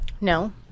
No